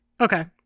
Okay